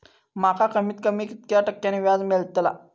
माका कमीत कमी कितक्या टक्क्यान व्याज मेलतला?